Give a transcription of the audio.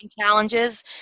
challenges